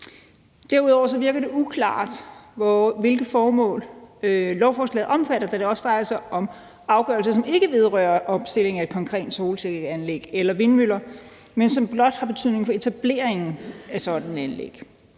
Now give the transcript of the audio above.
tredje virker det uklart, hvilke formål lovforslaget omfatter, da det også drejer sig om afgørelser, som ikke vedrører opstilling af konkrete solcelleanlæg eller vindmøller, men blot har betydning for etableringen af sådanne anlæg.